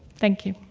thank you.